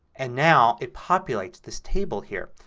and now it populates this table here.